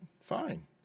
fine